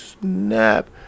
snap